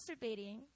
masturbating